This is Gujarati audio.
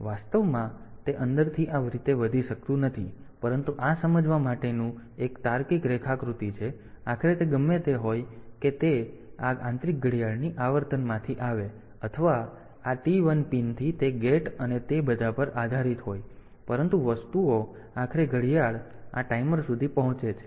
તેથી વાસ્તવમાં તે અંદરથી આ રીતે વધી શકતું નથી પરંતુ આ સમજવા માટેનું એક તાર્કિક રેખાકૃતિ છે અને આખરે તે ગમે તે હોય કે તે આ આંતરિક ઘડિયાળની આવર્તનમાંથી આવે અથવા આ T 1 પિનથી તે ગેટ અને તે બધા પર આધારિત હોય પરંતુ વસ્તુઓ આખરે ઘડિયાળ આ ટાઈમર સુધી પહોંચે છે